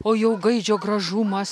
o jau gaidžio gražumas